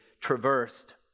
traversed